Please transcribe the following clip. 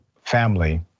family